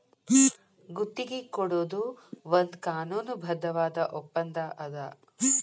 ಗುತ್ತಿಗಿ ಕೊಡೊದು ಒಂದ್ ಕಾನೂನುಬದ್ಧವಾದ ಒಪ್ಪಂದಾ ಅದ